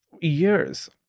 Years